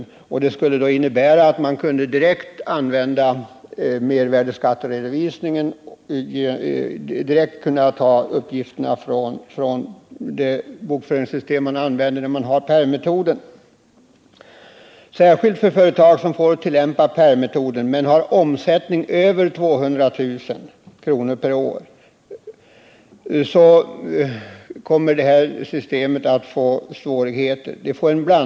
Motionsförslaget innebär att man skulle kunna ta uppgifterna för mervärdeskattredovisningen direkt från det bokföringssystem man använder. Särskilt för företag som får tillämpa pärmmetoden men som har en omsättning på över 200 000 kr. per år kommer det föreslagna systemet att medföra svårigheter.